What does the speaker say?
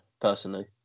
personally